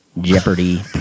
Jeopardy